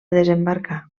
desembarcar